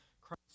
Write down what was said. Christ